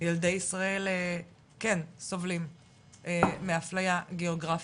ילדי ישראל כן סובלים מאפליה גאוגרפית.